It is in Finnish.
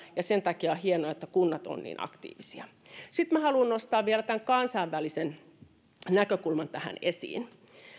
ja sen takia on hienoa että kunnat ovat niin aktiivisia sitten minä haluan nostaa vielä tämän kansainvälisen näkökulman tähän esiin